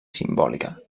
simbòlica